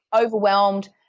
Overwhelmed